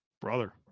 Brother